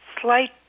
slight